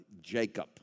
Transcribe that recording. Jacob